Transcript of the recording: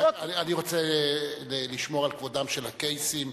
אני רוצה לשמור על כבודם של הקייסים.